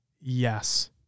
yes